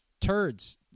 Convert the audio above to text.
turds